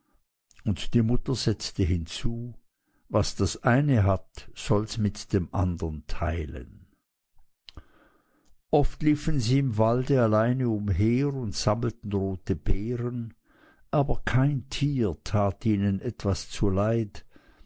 und die mutter setzte hinzu was das eine hat solls mit dem andern teilen oft liefen sie im walde allein umher und sammelten rote beeren aber kein tier tat ihnen etwas zuleid